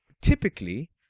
typically